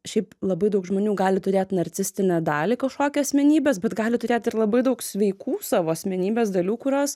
šiaip labai daug žmonių gali turėt narcistinę dalį kažkokią asmenybės bet gali turėt ir labai daug sveikų savo asmenybės dalių kurios